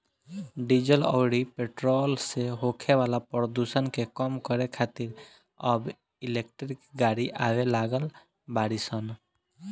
diesel अउरी petrol से होखे वाला प्रदुषण के कम करे खातिर अब इलेक्ट्रिक गाड़ी आवे लागल बाड़ी सन